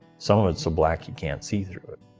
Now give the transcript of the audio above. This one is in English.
some of it's so black you can't see through it.